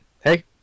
hey